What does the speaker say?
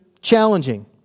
challenging